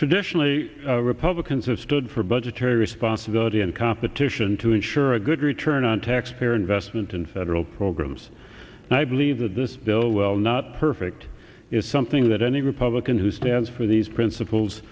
traditionally republicans have stood for budgetary responsibility and competition to ensure a good return on taxpayer investment in federal programs and i believe that this bill will not perfect is something that any republican who stands for these princip